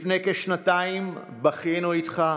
לפני כשנתיים בכינו איתך